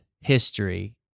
history